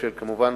וכמובן